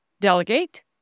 delegate